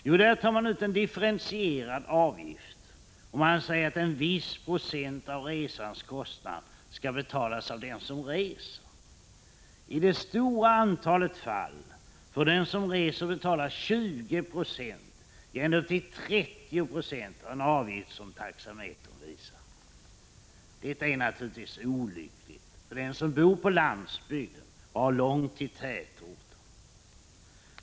Jo, där tar man ut en differentierad avgift och säger att en viss procent av resans kostnader skall betalas av den som reser. I det stora antalet fall får den som reser betala 20 9o — ja, ändå upp till 30 26 — av den avgift som taxametern visar. Detta är naturligtvis olyckligt för den som bor på landsbygden och har långt till tätorten.